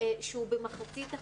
שהוא במחצית אחת.